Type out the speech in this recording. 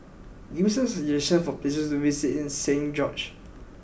give me some suggestions for places to visit in Saint George